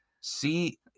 See